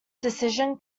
decision